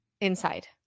Inside